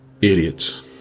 idiots